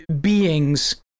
beings